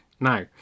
Now